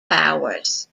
powers